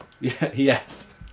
Yes